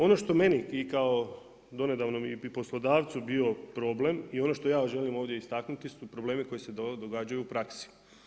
Ono što meni i kao donedavnom i poslodavcu bio problem i ono što ja želim ovdje istaknuti su problemi koji se događaju u praksi.